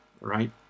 right